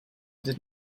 did